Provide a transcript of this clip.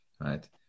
right